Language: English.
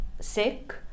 sick